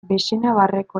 baxenabarreko